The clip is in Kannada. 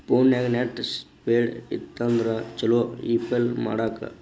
ಫೋನ್ಯಾಗ ನೆಟ್ ಸ್ಪೇಡ್ ಇತ್ತಂದ್ರ ಚುಲೊ ಇ ಪೆಪಲ್ ಮಾಡಾಕ